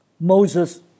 Moses